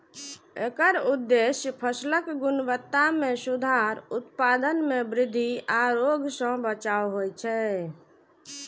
एकर उद्देश्य फसलक गुणवत्ता मे सुधार, उत्पादन मे वृद्धि आ रोग सं बचाव होइ छै